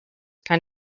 kind